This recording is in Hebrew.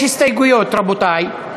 יש הסתייגויות, רבותי.